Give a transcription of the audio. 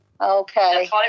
Okay